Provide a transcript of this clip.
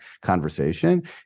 conversation